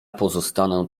pozostanę